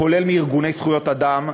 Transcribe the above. כולל מארגוני זכויות אדם.